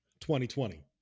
2020